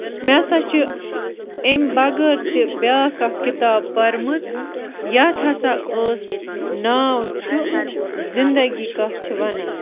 مےٚ سا چھُ اَمہِ بغٲر تہِ بیاکھ اکھ کِتاب پٔرمٕژ یَتھ ہسا ٲس ناو چھُ زِندگی کَتھ چھِ وَنان